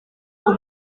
uwo